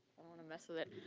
don't wanna mess with it.